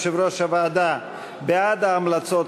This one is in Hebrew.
יושב-ראש הוועדה: בעד ההמלצות,